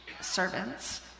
servants